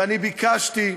ואני ביקשתי,